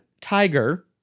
tiger